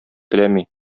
теләми